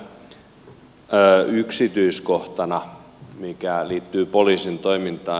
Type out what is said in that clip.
yhtenä yksityiskohtana mikä liittyy poliisin toimintaan